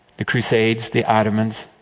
the crusades, the ottomans,